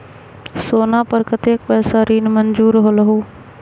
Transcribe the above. सोना पर कतेक पैसा ऋण मंजूर होलहु?